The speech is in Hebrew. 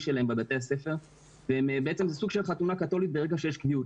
שלהם בבתי הספר וזה סוג של חתונה קתולית ברגע שיש קביעות.